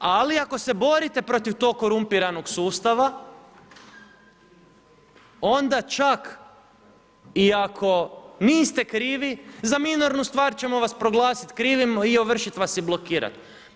Ali, ako se borite protiv tog korumpiranog sustava, onda čak i ako niste krivi, za minarnu stvar ćemo vas proglasiti krivim i ovršiti vas se i blokirati.